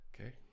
Okay